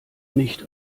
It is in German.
nicht